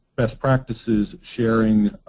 best practices, sharing,